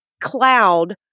cloud